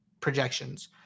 projections